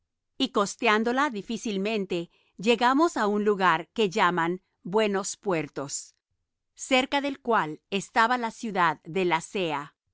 y costeándola difícilmente llegamos á un lugar que llaman buenos puertos cerca del cual estaba la ciudad de lasea y